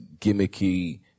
gimmicky